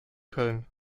köln